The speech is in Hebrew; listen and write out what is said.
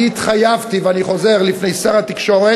אני ‏התחייבתי, ואני חוזר, לפני שר התקשורת,